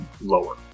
lower